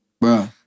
Bro